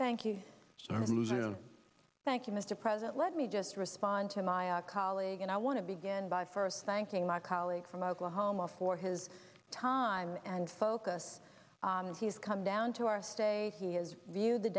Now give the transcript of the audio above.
thank you thank you mr president let me just respond to my colleague and i want to begin by first thanking my colleague from oklahoma for his time and focus and he has come down to our state he has viewed the